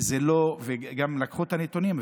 וגם לקחו נתונים.